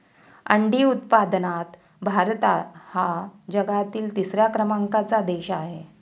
अंडी उत्पादनात भारत हा जगातील तिसऱ्या क्रमांकाचा देश आहे